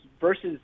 versus